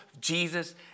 Jesus